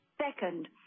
Second